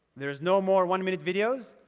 there're no more one-minute videos,